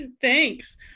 Thanks